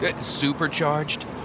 Supercharged